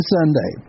Sunday